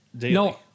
no